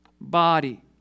body